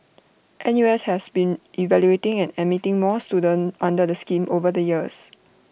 N U S has been evaluating and admitting more students under the scheme over the years